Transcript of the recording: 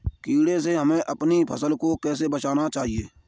कीड़े से हमें अपनी फसल को कैसे बचाना चाहिए?